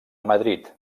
madrid